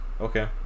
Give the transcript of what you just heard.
okay